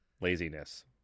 laziness